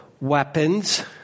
weapons